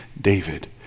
David